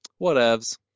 Whatevs